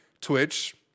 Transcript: Twitch